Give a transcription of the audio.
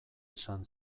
esan